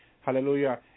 hallelujah